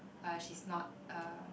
but she's not a